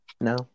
no